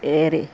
ఏరి